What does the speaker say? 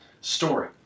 story